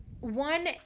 one